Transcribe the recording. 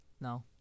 No